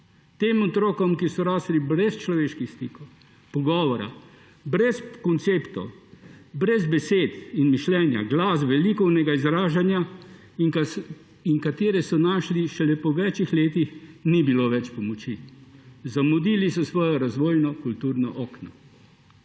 Tem otrokom, ki so rasli brez človeških stikov, pogovora, brez konceptov, brez besede in mišljenja, glasbe, likovnega izražanja in ki so jih našli šele po več letih, ni bilo več pomoči, zamudili so svojo razvojno kulturno okno.